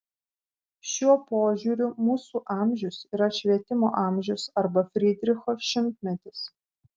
šiuo požiūriu mūsų amžius yra švietimo amžius arba frydricho šimtmetis